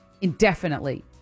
indefinitely